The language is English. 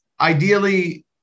Ideally